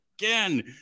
again